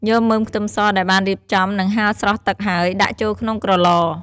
យកមើមខ្ទឹមសដែលបានរៀបចំ និងហាលស្រស់ទឹកហើយ ដាក់ចូលក្នុងក្រឡ។